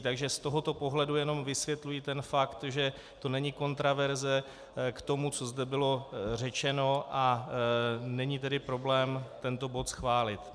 Takže z tohoto pohledu jenom vysvětluji fakt, že to není kontroverze k tomu, co zde bylo řečeno, a není tedy problém tento bod schválit.